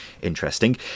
interesting